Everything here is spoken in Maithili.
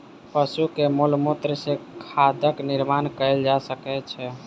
पशु के मलमूत्र सॅ खादक निर्माण कयल जा सकै छै